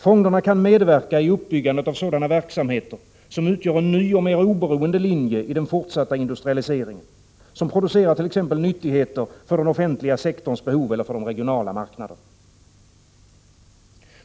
Fonderna kan medverka i uppbyggandet av sådana verksamheter som utgör en ny och mer oberoende linje i den fortsatta industrialiseringen, som producerar t.ex. nyttigheter för den offentliga sektorns behov eller för de regionala marknaderna.